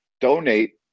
donate